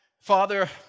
Father